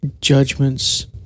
judgments